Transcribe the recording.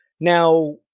Now